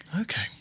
Okay